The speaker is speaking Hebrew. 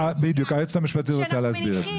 היועצת המשפטית רוצה להסביר.